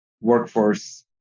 workforce